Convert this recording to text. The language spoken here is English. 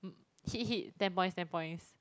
hit hit ten points ten points